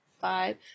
five